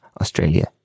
Australia